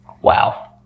wow